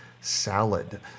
salad